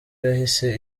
yahise